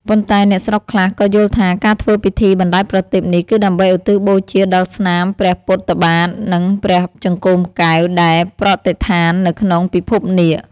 ប៉ុន្តែ អ្នកស្រុកខ្លះក៏យល់ថា ការធ្វើពិធីបណ្ដែតប្រទីបនេះ គឺដើម្បីឧទ្ទិសបូជាដល់ស្នាមព្រះពុទ្ធបាទ និងព្រះចង្កូមកែវ ដែលប្រតិស្ថាននៅក្នុងពិភពនាគ។